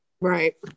Right